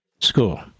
school